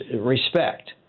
respect